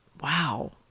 Wow